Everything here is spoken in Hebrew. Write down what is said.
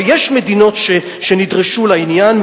ויש מדינות שנדרשו לעניין,